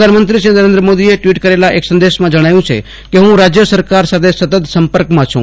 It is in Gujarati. પ્રધાનમંત્રી નરેન્દ્ર મોદીએ ટ્વીટ કરેલા એક સંદેશામાં જજ્ઞાવ્યું છે કે હું રાજ્ય સરકાર સાથે સતત સંપર્કમાં છું